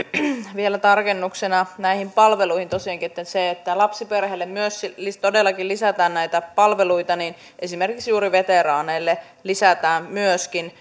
vielä tarkennuksena näihin palveluihin tosiaankin se että myös lapsiperheille todellakin lisätään palveluita ja esimerkiksi myöskin juuri veteraaneille lisätään